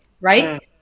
right